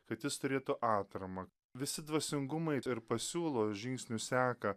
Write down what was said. kad jis turėtų atramą visi dvasingumai ir pasiūlo žingsnių seką